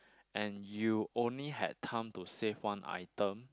and you only had time to save one item